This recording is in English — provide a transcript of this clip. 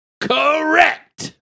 Correct